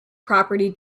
property